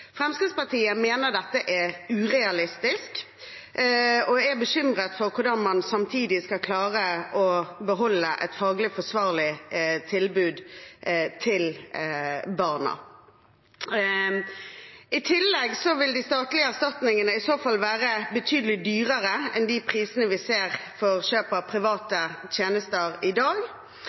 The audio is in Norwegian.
Fremskrittspartiet mener dette er urealistisk, og er bekymret for hvordan man samtidig skal klare å beholde et faglig forsvarlig tilbud til barna. I tillegg vil de statlige erstatningene i så fall være betydelig dyrere enn de prisene vi ser for kjøp av private tjenester i dag.